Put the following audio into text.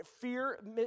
Fear